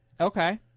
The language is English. Okay